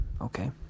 Okay